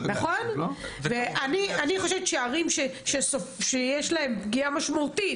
לדעתי ערים שיש שם פגיעה משמעותית